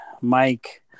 Mike